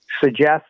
suggest